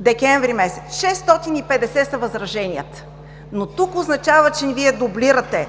декември. 650 са възраженията. Но тук означава, че Вие дублирате